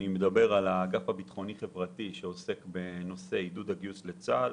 אגף ביטחוני-חברתי שעוסק בעידוד הגיוס לצבא,